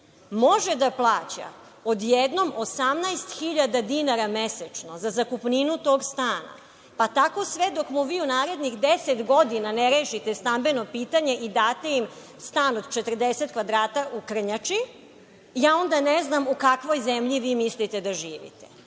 može da plaća odjednom 18000 dinara mesečno za zakupninu tog stana, pa tako sve dok mu vi u narednih 10 godina ne rešite stambeno pitanje i date im stan od 40 kvadrata u Krnjači, ja onda ne znam u kakvoj zemlji vi mislite da živite.